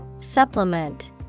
Supplement